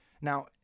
Now